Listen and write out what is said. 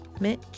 Mitch